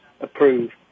approve